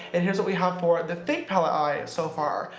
and here's what we have for the fake palette eye so far,